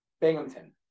Binghamton